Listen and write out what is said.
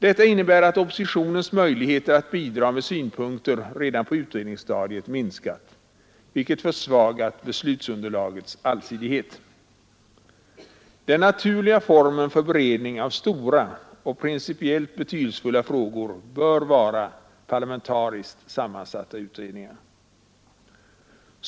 Detta innebär att oppositionens möjligheter att bidra med synpunkter redan på utredningsstadiet minskat, vilket försvagat beslutsunderlagets allsidighet. Den naturliga formen för beredning av stora och principiellt betydelsefulla frågor bör vara parlamentariskt sammansatta utredningar.